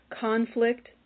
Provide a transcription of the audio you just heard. conflict